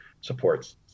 supports